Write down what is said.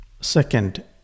Second